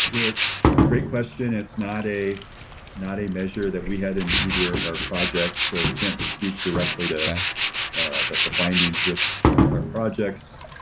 it's great question. it's not a not a measure that we had in either of our projects, so can't speak directly to ah that the findings with with our projects.